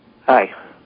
Hi